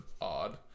odd